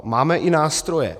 Máme i nástroje.